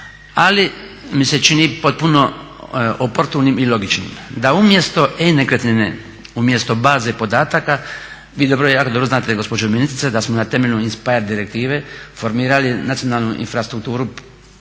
Ali mi se čini potpuno oportunim i logičnim da umjesto e-nekretnine, umjesto baze podataka, vi jako dobro znate gospođo ministrice da smo na temelju inspire direktive formirali nacionalnu infrastrukturu